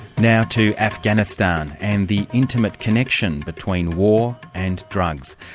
now to afghanistan and the intimate connection between war and drugs.